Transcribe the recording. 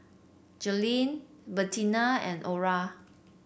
Joleen Bertina and Orra